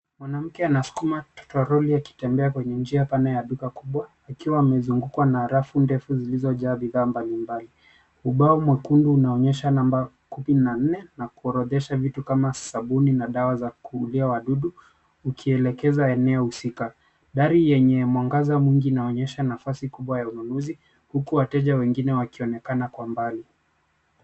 Mwanamke anasukuma to toroli akitembea kwenye njia pana ya duka kubwa, akiwa amezungukwa na rafu ndefu zilizojaa bidhaaa mbalimbali. Ubao mwekundu unaonesha namba kupi na nne na kuoroshesha vitu kama sabuni na dawa ya kuulia wadudu, ukielekeza eneo husika. Dari yenye mwangaza mwingi inaonyesha nafasi kubwa ya ununuzi, huku wateja wengine wakionekana kwa mbali.